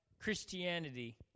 Christianity